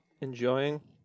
enjoying